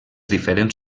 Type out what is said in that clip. diferents